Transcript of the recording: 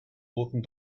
boten